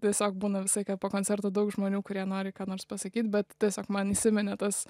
tiesiog būna visokie po koncerto daug žmonių kurie nori ką nors pasakyt bet tiesiog man įsiminė tas